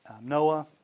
Noah